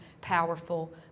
powerful